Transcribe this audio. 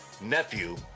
nephew